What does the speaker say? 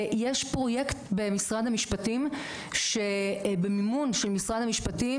יש פרויקט במשרד המשפטים במימון של משרד המשפטים